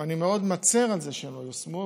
ואני מאוד מצר על זה שהם לא יושמו.